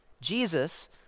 Jesus